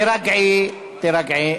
תירגעי, תירגעי.